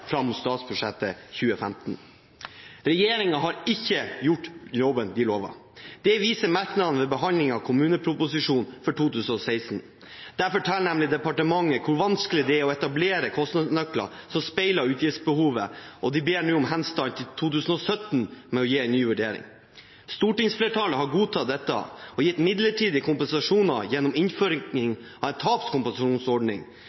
fram mot statsbudsjettet 2015. Regjeringen har ikke gjort jobben de lovet. Det viser kommuneproposisjonen for 2016. Der forteller nemlig departementet hvor vanskelig det er å etablere en kostnadsnøkkel som speiler utgiftsbehovet, og de ber nå om henstand til 2017 med å gi en ny vurdering. Stortingsflertallet har godtatt dette og gitt midlertidige kompensasjoner gjennom innføring av en